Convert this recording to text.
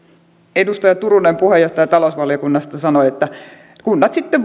edustaja turunen puheenjohtaja talousvaliokunnasta sanoi että kunnat sitten